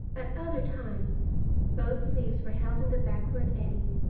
at other times both leaves were held in the backward eddy,